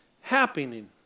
happening